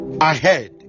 ahead